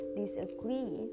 disagree